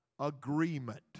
agreement